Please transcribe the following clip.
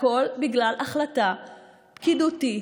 הכול בגלל החלטה פקידותית